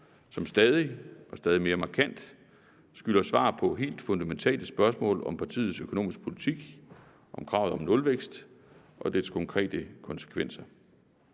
som stadig og stadig mere markant skylder svar på helt fundamentale spørgsmål om partiets økonomiske politik, om kravet om nulvækst og dens konkrete konsekvenser.